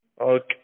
Okay